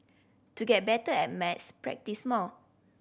to get better at maths practise more